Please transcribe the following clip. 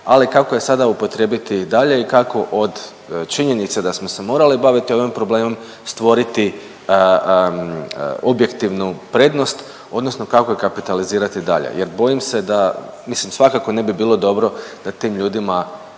ali kako je sada upotrijebiti i dalje i kako od činjenica smo se morali baviti ovim problemom stvoriti objektivnu prednost, odnosno kako je kapitalizirati dalje jer bojim se da, mislim svakako ne bi bilo dobro da tim ljudima